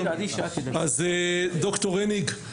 אז ד"ר הניג,